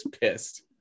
pissed